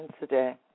today